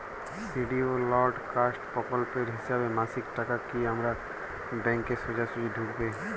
Scheduled caste প্রকল্পের হিসেবে মাসিক টাকা কি আমার ব্যাংকে সোজাসুজি ঢুকবে?